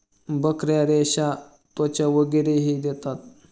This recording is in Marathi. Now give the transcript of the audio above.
बकऱ्या रेशा, त्वचा वगैरेही देतात